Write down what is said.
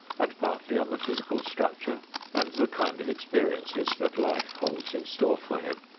and partly on the physical structure and the kind of experiences that life holds in store for him.